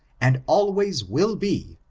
and always will be,